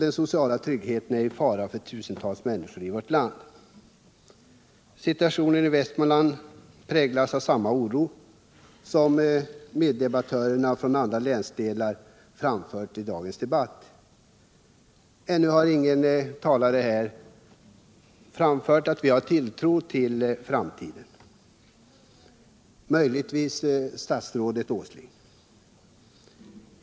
Den sociala tryggheten är i fara för tusentals människor i vårt land. Situationen i Västmanland präglas av samma oro som meddebattörer från andra län gett uttryck för i dagens debatt. Ännu haringen talare framfört att vi har tilltro till framtiden — möjligtvis statsrådet Åsling.